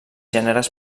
gèneres